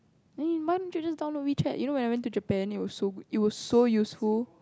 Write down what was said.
then why don't you just download WeChat you know when I went to Japan it was so good it was so useful